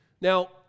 Now